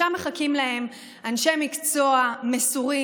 שם מחכים להם אנשי מקצוע מסורים.